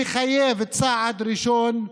מחייב, צעד ראשון,